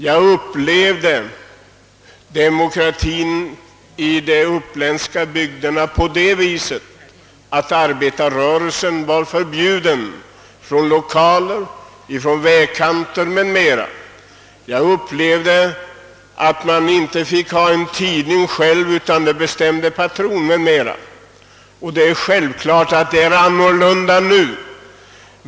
Jag upplevde demokratien i de uppländska bygderna på det viset att arbetarrörelsen var förbjuden att anordna möten i lokaler och t.o.m. vid vägkanterna. Jag upplevde att man inte fick hålla sig med den tidning man ville — det bestämde patron. Visst är det annorlunda nu.